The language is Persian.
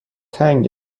تنگ